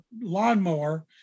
lawnmower